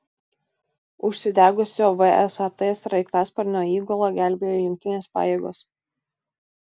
užsidegusio vsat sraigtasparnio įgulą gelbėjo jungtinės pajėgos